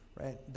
right